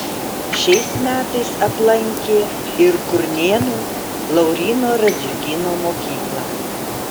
šiais metais aplankė ir kurnėnų lauryno radziukyno mokyklą